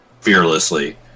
fearlessly